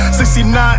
69